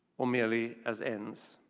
or merely as ends.